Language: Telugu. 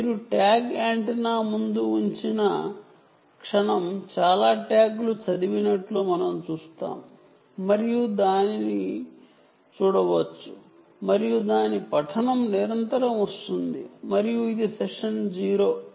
మీరు ట్యాగ్ యాంటెన్నా ముందు ఉంచిన క్షణం చాలా ట్యాగ్ లు చదివినట్లు మనం చూస్తాము మరియు మీరు దానిని చూడవచ్చు మరియు దాని రీడింగ్ నిరంతరం వస్తుంది మరియు ఇది సెషన్ 0